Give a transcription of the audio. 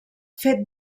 fet